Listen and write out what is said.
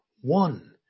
one